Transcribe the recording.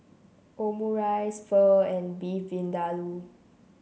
Omurice Pho and Beef Vindaloo